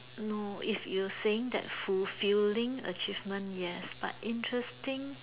no if you're saying that fulfilling achievement yes but interesting